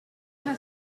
her